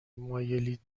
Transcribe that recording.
مایلید